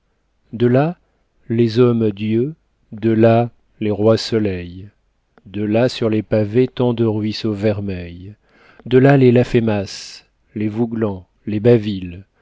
de là les hommes dieux de là les rois soleils de là sur les pavés tant de ruisseaux vermeils de là les laffemas les vouglans les bâvilles